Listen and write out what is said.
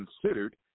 considered